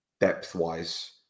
depth-wise